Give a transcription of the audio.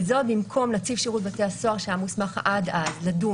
וזאת במקום נציב שירות בתי הסוהר שהיה מוסמך עד אז לדון